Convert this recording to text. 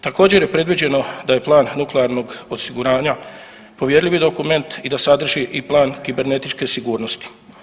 Također je predviđeno da je Plan nuklearnog osiguranja povjerljivi dokument i da sadrži i Plan kibernetičke sigurnosti.